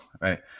Right